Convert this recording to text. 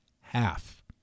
half